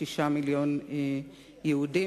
שישה מיליוני יהודים,